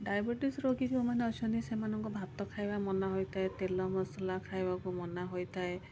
diabetes ରୋଗୀ ଯେଉଁମାନେ ଅଛନ୍ତି ସେମାନଙ୍କୁ ଭାତ ଖାଇବା ମନା ହୋଇଥାଏ ତେଲ ମସଲା ଖାଇବାକୁ ମନା ହୋଇଥାଏ